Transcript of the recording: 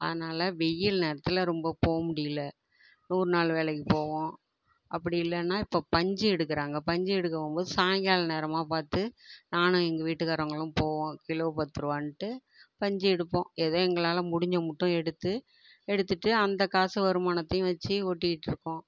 அதனால வெயில் நேரத்தில் ரொம்ப போக முடியலை நூறுநாள் வேலைக்கு போவோம் அப்படி இல்லைன்னா இப்போ பஞ்சு எடுக்கிறாங்க பஞ்சு எடுக்கப் போகும் போது சாயங்காலம் நேரமாக பார்த்து நானும் எங்கள் வீட்டுக்காரங்களும் போவோம் கிலோ பத்து ரூபான்ட்டு பஞ்சு எடுப்போம் எதோ எங்களால் முடிஞ்ச மட்டும் எடுத்து எடுத்துட்டு அந்த காசு வருமானத்தையும் வச்சு ஓட்டிக்கிட்டு இருக்கோம்